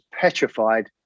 petrified